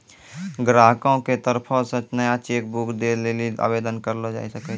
ग्राहको के तरफो से नया चेक बुक दै लेली आवेदन करलो जाय सकै छै